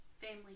Family